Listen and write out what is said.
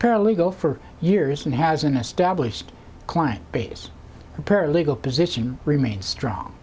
paralegal for years and has an established client base paralegal position remains strong